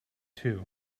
too